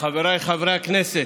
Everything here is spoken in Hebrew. חבריי חברי הכנסת,